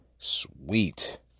sweet